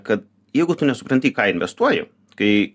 kad jeigu tu nesupranti į ką investuoji kai